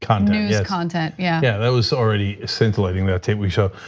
kind of news content, yeah. yeah, that was already scintillating that tv show.